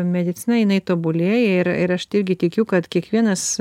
medicina inai tobulėja ir ir aš irgi tikiu kad kiekvienas